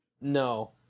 No